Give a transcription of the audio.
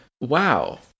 Wow